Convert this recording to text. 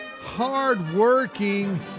hardworking